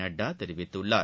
நட்டா தெரிவித்துள்ளார்